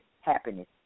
happiness